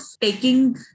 taking